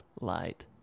Light